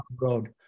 road